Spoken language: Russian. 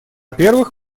первых